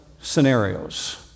scenarios